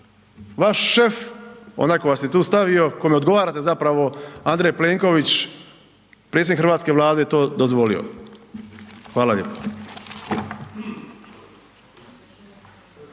vaš šef, onaj ko vas je tu stavio, kome odgovarate zapravo, Andrej Plenković, predsjednik hrvatske Vlade, to dozvolio? Hvala lijepo.